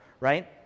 right